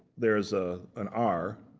there is ah an r.